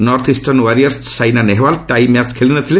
north Eastern ୱାରିଅର୍ସର Saina Nehwal tie match ଖେଳିନଥିଲେ